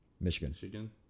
Michigan